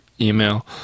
email